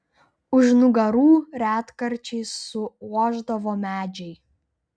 už nugarų retkarčiais suošdavo medžiai